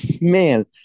man